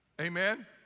Amen